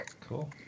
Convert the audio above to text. Cool